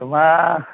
তোমাৰ